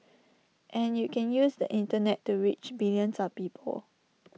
and you can use the Internet to reach billions of people